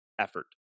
effort